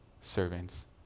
servants